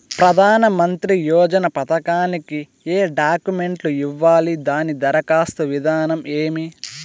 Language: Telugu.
ప్రధానమంత్రి యోజన పథకానికి ఏ డాక్యుమెంట్లు ఇవ్వాలి దాని దరఖాస్తు విధానం ఏమి